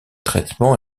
traitement